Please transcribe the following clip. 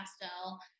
pastel